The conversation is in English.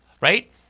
Right